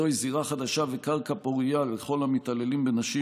זוהי זירה חדשה וקרקע פורייה לכל המתעללים בנשים,